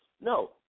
No